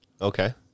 Okay